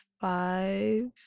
five